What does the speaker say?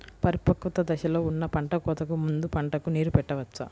పరిపక్వత దశలో ఉన్న పంట కోతకు ముందు పంటకు నీరు పెట్టవచ్చా?